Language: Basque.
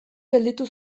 gelditu